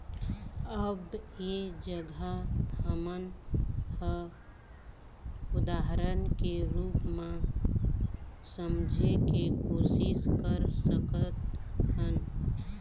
अब ऐ जघा हमन ह उदाहरन के रुप म समझे के कोशिस कर सकत हन